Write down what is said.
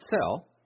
sell